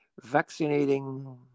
vaccinating